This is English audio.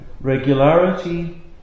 Regularity